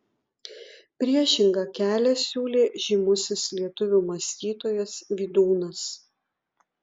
priešingą kelią siūlė žymusis lietuvių mąstytojas vydūnas